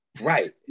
Right